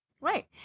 Right